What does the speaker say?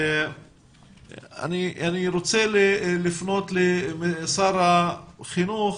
אני רוצה לפנות לשר החינוך,